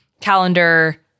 calendar